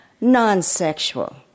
Non-sexual